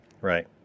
right